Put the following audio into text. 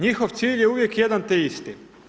Njihov cilj je uvijek jedan te isti.